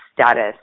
status